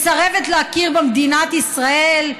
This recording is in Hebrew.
מסרבת להכיר במדינת ישראל,